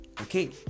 okay